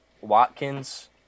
Watkins